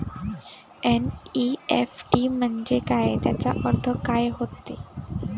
NEFT म्हंजे काय, त्याचा अर्थ काय होते?